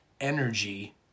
energy